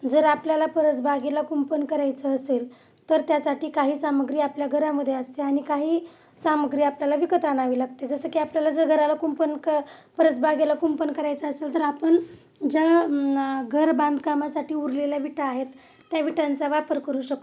जर आपल्याला परसबागेला कुंपण करायचं असेल तर त्यासाठी काही सामग्री आपल्या घरामध्ये असते आणि काही सामग्री आपल्याला विकत आणावी लागते जसं की आपल्याला जर घराला कुंपण क परसबागेला कुंपण करायचं असेल तर आपण ज्या घर बांधकामासाठी उरलेल्या विटा आहेत त्या विटांचा वापर करू शकतो